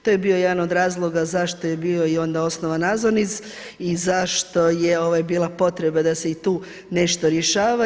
To je bio jedan od razloga zašto je bio onda i osnovan AZONIZ i zašto je bila potreba da se i tu nešto rješava.